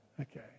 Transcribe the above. Okay